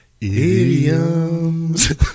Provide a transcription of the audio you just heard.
idioms